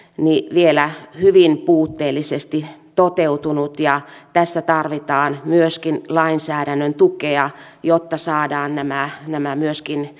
vielä hyvin puutteellisesti toteutunut tässä tarvitaan lainsäädännön tukea jotta saadaan myöskin